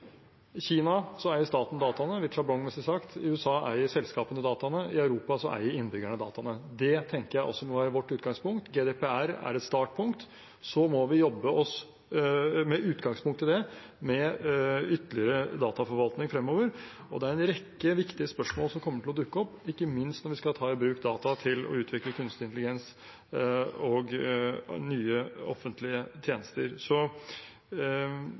eier staten dataene – litt sjablongmessig sagt – i USA eier selskapene dataene, i Europa eier innbyggerne dataene. Det tenker jeg også må være vårt utgangspunkt. GDPR er et startpunkt, og så må vi jobbe med utgangspunkt i det med ytterligere dataforvaltning fremover. Det er en rekke viktige spørsmål som kommer til å dukke opp, ikke minst når vi skal ta i bruk data til å utvikle kunstig intelligens og nye offentlige tjenester.